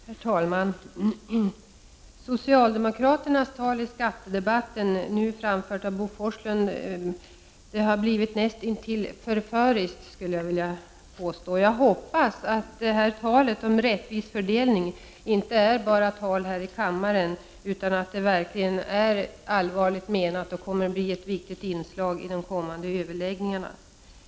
Herr talman! Socialdemokraternas tal i skattedebatten, senast framfört av Bo Forslund, har blivit näst intill förföriskt, vill jag påstå. Jag hoppas att talet om rättvis fördelning inte bara gäller här i kammaren utan att det verkligen är allvarligt menat och blir ett viktigt inslag i de kommande överläggningarna.